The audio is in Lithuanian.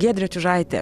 giedrė čiužaitė